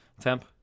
Temp